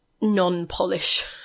non-polish